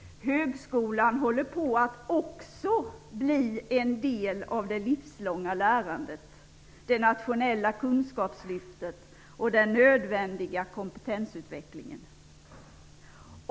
Högskolan håller också på att bli en del av det livslånga lärandet, det nationella kunskapslyftet och den nödvändiga kompetensutvecklingen.